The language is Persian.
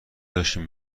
داشتیم